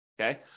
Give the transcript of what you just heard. okay